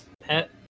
pet